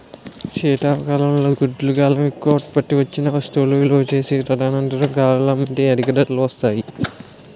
శీతల గడ్డంగుల్లో ఎక్కువ ఉత్పత్తి వచ్చిన వస్తువులు నిలువ చేసి తదనంతర కాలంలో అమ్మితే అధిక ధరలు వస్తాయి